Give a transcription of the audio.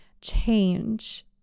change